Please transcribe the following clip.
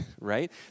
right